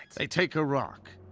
they take a rock,